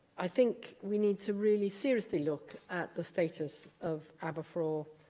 i think we need to really seriously look at the status of aberthaw,